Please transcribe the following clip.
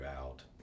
out